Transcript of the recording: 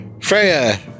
Freya